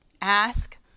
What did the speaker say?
ask